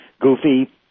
goofy